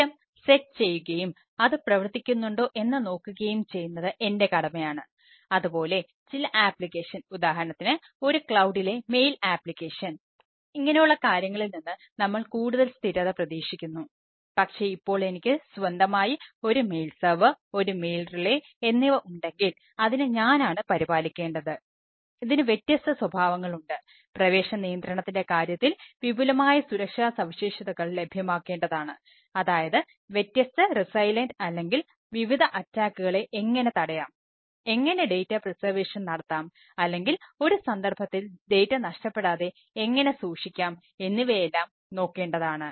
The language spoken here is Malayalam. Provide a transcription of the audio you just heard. സിസ്റ്റം നഷ്ടപ്പെടാതെ എങ്ങനെ സൂക്ഷിക്കാം എന്നിവയെല്ലാം നോക്കേണ്ടതാണ്